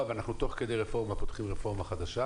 ואנחנו תוך כדי רפורמה פותחים רפורמה חדשה,